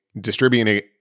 distributing